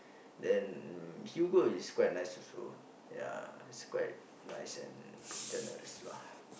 then Hugo is quite nice also ya it's quite nice and generous lah